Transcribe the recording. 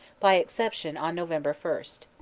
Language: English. by exception on november first.